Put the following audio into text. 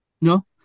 no